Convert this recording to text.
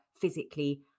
physically